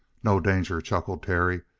no danger, chuckled terry.